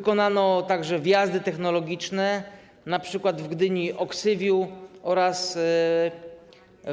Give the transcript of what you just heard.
Zbudowano także wjazdy technologiczne, np. w Gdyni Oksywiu oraz